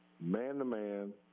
man-to-man